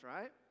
right